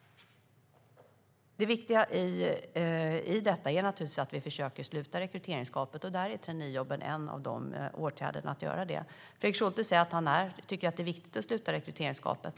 Det viktiga i detta är naturligtvis att vi försöker sluta rekryteringsgapet, och traineejobben är en av åtgärderna för att göra det. Fredrik Schulte säger att han tycker att det är viktigt att sluta rekryteringsgapet.